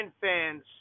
fans